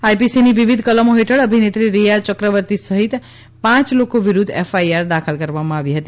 આઈપીસીની વિવિધ કલમો હેઠળ અભિનેત્રી રિયા યક્રવર્તી સહિત પાંચ લોકો વિરુદ્ધ એફઆઈઆર દાખલ કરવામાં આવી હતી